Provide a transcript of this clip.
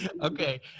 okay